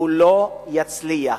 הניסיון הזה לא יצליח.